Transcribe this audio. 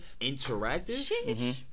Interactive